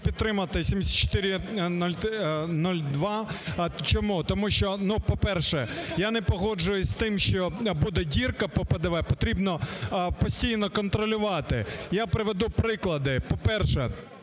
підтримати 7402, чому? Тому що, по-перше, я не погоджусь з тим, що буде дірка по ПДВ, потрібно постійно контролювати. Я приведу приклади. По-перше,